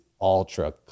ultra